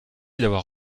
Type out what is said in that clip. d’avoir